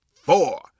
four